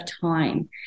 time